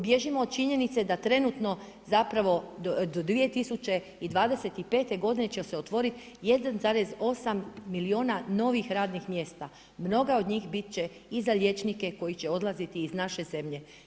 Bježimo od činjenice da trenutno zapravo do 2025. g. će se otvoriti 1,8 milijuna novih radnih mjesta, mnoga od njih bit će i za liječnike koji će odlaziti iz naše zemlje.